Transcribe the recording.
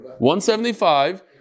175